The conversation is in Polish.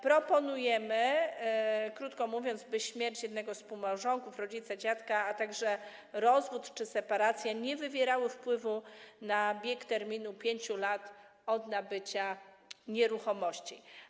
Proponujemy, krótko mówiąc, by śmierć jednego ze współmałżonków, rodzica, dziadka, a także rozwód czy separacja nie wywierały wpływu na bieg terminu 5 lat od nabycia nieruchomości.